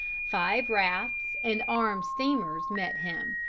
five rafts and armed steamers met him,